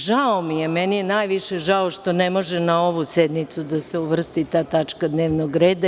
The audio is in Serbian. Žao mi je, meni je najviše žao, što ne može na ovoj sednici da se uvrsti ta tačka dnevnog reda.